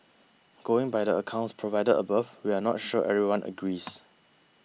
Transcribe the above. going by the accounts provided above we're not sure everyone agrees